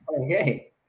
okay